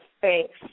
Thanks